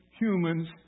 humans